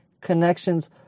connections